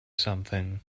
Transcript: something